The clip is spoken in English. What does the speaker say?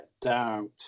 doubt